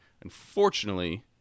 Unfortunately